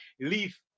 leave